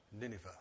Nineveh